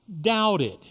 doubted